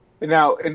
Now